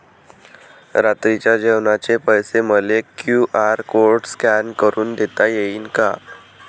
रात्रीच्या जेवणाचे पैसे मले क्यू.आर कोड स्कॅन करून देता येईन का?